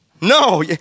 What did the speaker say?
No